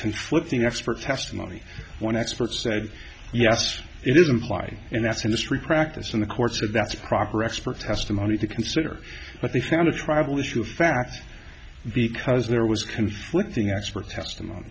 conflicting expert testimony one expert said yes it is implied and that's industry practice in the courts and that's proper expert testimony to consider but they found a trival issue of fact because there was conflicting expert testimony